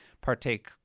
partake